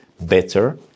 better